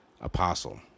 Apostle